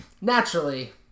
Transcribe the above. naturally